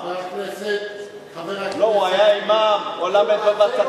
מחמוד היה אימאם או מה?